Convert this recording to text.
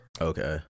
Okay